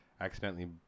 accidentally